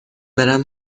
برم